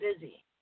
busy